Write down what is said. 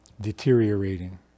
deteriorating